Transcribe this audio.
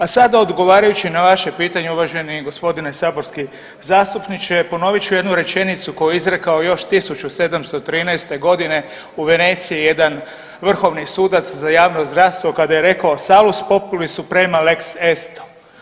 A sada odgovarajući na vaše pitanje, uvaženi g. saborski zastupniče, ponovit ću jednu rečenicu koju je izrekao još 1713. g. u Veneciji jedan vrhovni sudac za javno zdravstvo, kada je rekao, salus populi suprema lex esto.